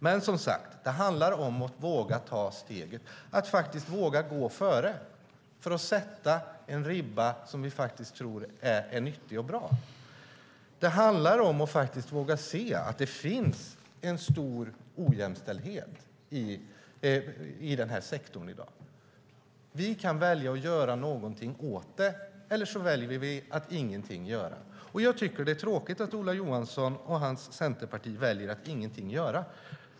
Det handlar, som sagt, om att våga ta steget, att våga gå före för att sätta en ribba som vi tror är nyttig och bra. Det handlar om att våga se att det finns en stor ojämställdhet i den här sektorn i dag. Vi kan välja att göra något åt det, eller också kan vi välja att inte göra någonting. Jag tycker att det är tråkigt att Ola Johansson och hans centerparti väljer att inte göra någonting.